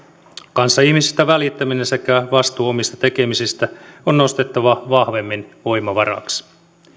kanssaihmisistä välittäminen sekä vastuu omista tekemisistä on nostettava vahvemmin voimavaraksi